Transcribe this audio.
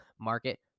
market